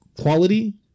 quality